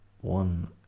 one